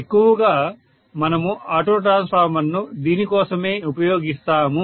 ఎక్కువగా మనము ఆటో ట్రాన్స్ఫార్మర్ను దీనికోసమే ఉపయోగిస్తాము